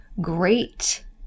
great